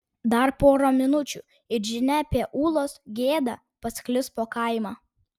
dar pora minučių ir žinia apie ulos gėdą pasklis po kaimą